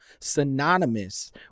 synonymous